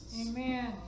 amen